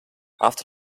after